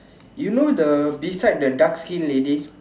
you know the beside the dark skin lady